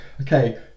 okay